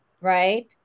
Right